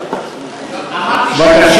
שלך,